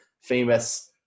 famous